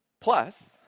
Plus